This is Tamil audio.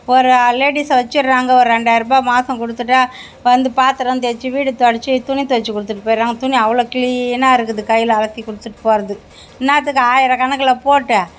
ஒரு லேடீஸை வச்சிடுறாங்க ஒரு ரெண்டாயிரம் ரூபா மாசம் கொடுத்துட்டா வந்து பாத்தரம் தேய்ச்சி வீடு தொடைச்சி துணி துவைச்சி கொடுத்துட்டு போயிடுறாங்க துணி அவ்வளோ கிளீனாக இருக்குது கையில் அலசி கொடுத்துட்டு போகிறது என்னத்துக்கு ஆயிரம் கணக்கில் போட்டு